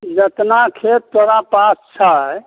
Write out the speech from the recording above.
जेतना खेत तोरा पास छै